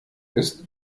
ist